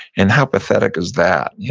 and how pathetic is that? yeah